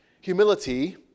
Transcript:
humility